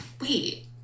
wait